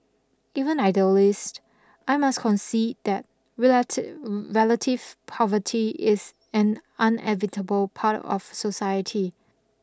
even idealist I must concede that relative poverty is an part of society